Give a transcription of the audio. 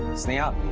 sneha,